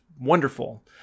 wonderful